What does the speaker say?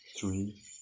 three